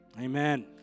Amen